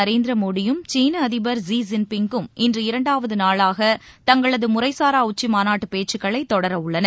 நரேந்திர மோடியும் சீன அதிபர் ஸீ ஜின்பிங்கும் இன்று இரண்டாவது நாளாக தங்களது முறைசாரா உச்சிமாநாட்டுப் பேச்சுக்களை தொடரவுள்ளனர்